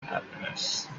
happiness